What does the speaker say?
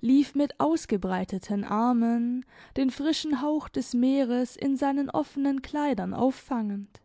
lief mit ausgebreiteten armen den frischen hauch des meeres in seinen offenen kleidern auffangend